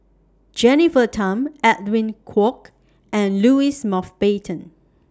Jennifer Tham Edwin Koek and Louis Mountbatten